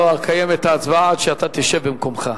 לא אקיים את ההצבעה עד שאתה תשב במקומך.